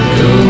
go